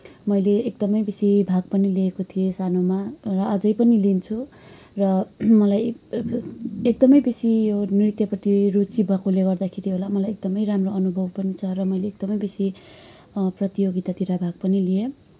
मैले एकदमै बेसी भाग पनि लिएको थिएँ सानोमा र अझै पनि लिन्छु र मलाई एकदमै बेसी यो नृत्यपट्टि रुचि भएकोले गर्दाखेरि होला मलाई एकदमै राम्रो अनुभव पनि छ र मैले एकदमै बेसी प्रतियोगितातिर भाग पनि लिएँ